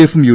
എഫും യു